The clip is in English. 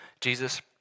Jesus